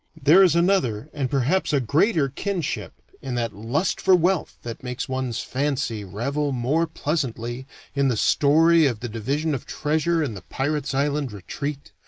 there is another and perhaps a greater kinship in that lust for wealth that makes one's fancy revel more pleasantly in the story of the division of treasure in the pirate's island retreat,